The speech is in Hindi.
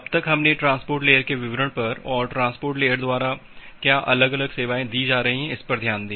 अब तक हमने ट्रांसपोर्ट लेयर के विवरण पर और ट्रांसपोर्ट लेयर द्वारा क्या अलग अलग सेवाएं दी जा रही हैं इस पर ध्यान दिया